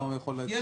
לא, לא, סליחה.